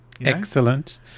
Excellent